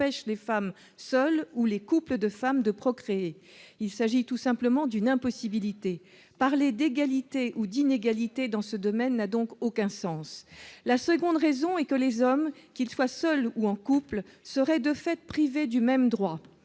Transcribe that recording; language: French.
les femmes seules ou les couples de femmes de procréer. Il s'agit tout simplement d'une impossibilité. Parler d'« égalité » ou d'« inégalité » dans ce domaine n'a donc aucun sens. La seconde raison est que les hommes, qu'ils soient seuls ou en couple, seraient de fait privés du même droit,